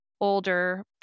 older